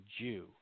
Jew